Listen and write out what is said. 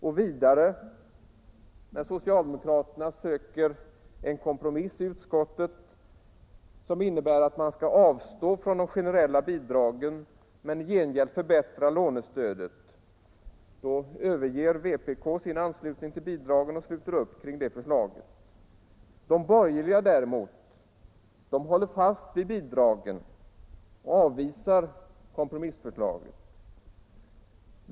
Och när socialdemokraterna i utskottet sökte en kompromiss som innebar att man skulle avstå från de generella bidragen men i gengäld förbättra lånestödet, övergav vpk sin anslutning till bidragen och slöt upp kring det förslaget. De borgerliga däremot höll fast vid bidragen och avvisade kompromissförslaget.